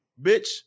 bitch